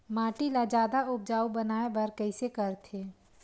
माटी ला जादा उपजाऊ बनाय बर कइसे करथे?